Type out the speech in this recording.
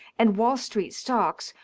and wall street stocks,